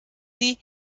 sie